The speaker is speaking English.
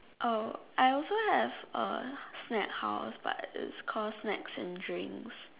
oh I also have uh snack house but it's called snacks and drinks